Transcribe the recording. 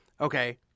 Okay